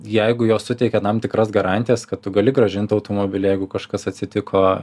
jeigu jos suteikia tam tikras garantijas kad tu gali grąžint automobilį jeigu kažkas atsitiko